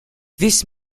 this